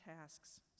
tasks